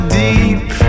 deep